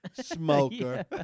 smoker